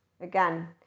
again